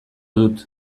dut